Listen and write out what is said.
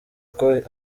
uko